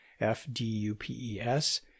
F-D-U-P-E-S